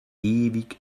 ewig